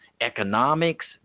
economics